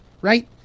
Right